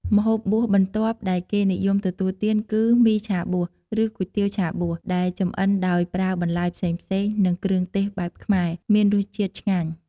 ម្ហូបបួសបន្ទាប់ដែលគេនិយមទទួលទានគឺ មីឆាបួស ឬគុយទាវឆាបួស ដែលចម្អិនដោយប្រើបន្លែផ្សេងៗ និងគ្រឿងទេសបែបខ្មែរ មានរសជាតិឆ្ងាញ់ ។